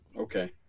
Okay